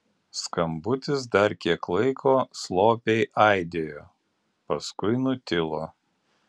skambutis dar kiek laiko slopiai aidėjo paskui nutilo